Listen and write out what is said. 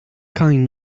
kind